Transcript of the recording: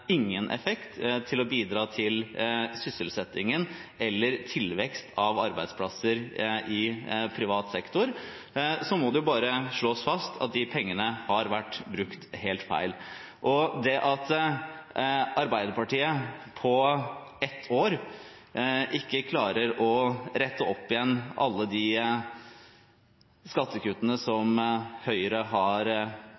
ingen effekt for å bidra til sysselsettingen eller tilvekst av arbeidsplasser i privat sektor, må det bare slås fast at de pengene har vært brukt helt feil. Det at Arbeiderpartiet på ett år ikke klarer å rette opp igjen alle de skattekuttene som